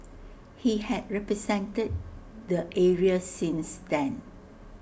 he had represented the area since then